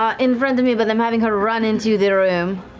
um in front of me, but i'm having her run into the room.